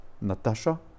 Natasha